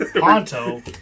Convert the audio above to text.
Ponto